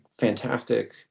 fantastic